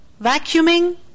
vacuuming